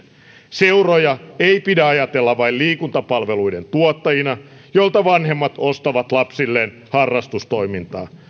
seuroja ei pidä ajatella vain liikuntapalveluiden tuottajina joilta vanhemmat ostavat lapsilleen harrastustoimintaa